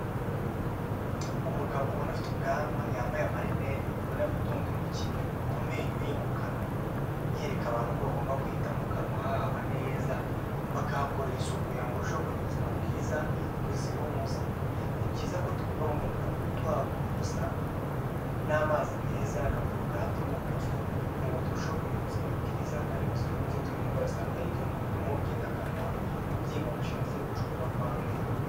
Umugabo ubona afite ubwanwa yambaye amarinette, ubona ari gutunga intoki ku menyo ye mu kanwa yereka abantu ko bagomba kwita mu kanwa habo neza, bakahakorera isuku kugira ngo barusheho kugira ubuzima bwiza buzira umuze. Ni byiza ko tubungabunga mu kanwa tuhaborosa n'amazi meza na corogate n'uburoso, kugira ngo turusheho kugira ubuzima bwiza kandi buzira umuze, twirinda indwara zitandukanye zo mu kanwa nk'ubugendakanwa, kubyimba amashinya ndetse no gucukuka kw'amenyo.